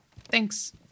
Thanks